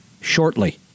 shortly